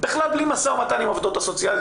בכלל בלי משא ומתן עם העובדות הסוציאליות